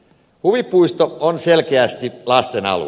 huvipuisto on selkeästi lasten alue